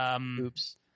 Oops